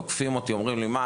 ואז תוקפים אותי ושואלים: ״מה,